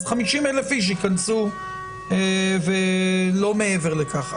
אז 50 אלף אנשים ייכנסו ולא מעבר לכך.